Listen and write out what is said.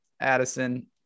Addison